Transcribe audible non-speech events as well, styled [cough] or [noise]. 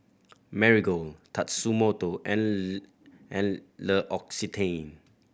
Marigold Tatsumoto and [unintelligible] and L'Occitane